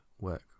work